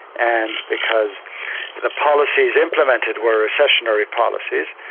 and because the policies implemented were recessionary policies.